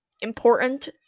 important